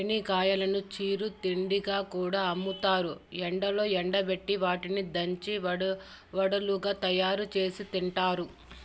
రేణిగాయాలను చిరు తిండిగా కూడా అమ్ముతారు, ఎండలో ఎండబెట్టి వాటిని దంచి వడలుగా తయారుచేసి తింటారు